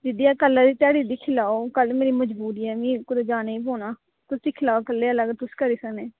दीदी मेरा कल्ल दी ध्याड़ी दिक्खी लैओ मिगी कुदै जाना ई पौना तुस दिक्खी लैओ तुस कल्लै आह्ला बी दिक्खी सकने